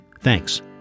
Thanks